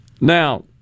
Now